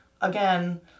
again